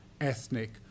ethnic